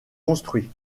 construits